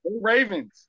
Ravens